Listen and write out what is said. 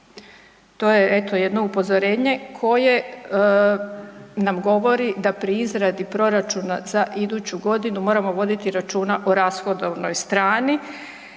To je eto jedno upozorenje koje nam govori da pri izradi proračuna za iduću godinu moramo voditi računa o rashodovnoj strani